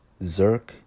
Zerk